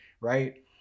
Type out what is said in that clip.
right